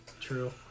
True